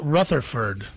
Rutherford